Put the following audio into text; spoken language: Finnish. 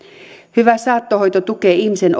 hyvä saattohoito tukee ihmisen